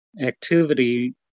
activity